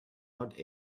not